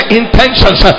intentions